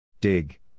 Dig